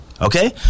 Okay